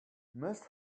must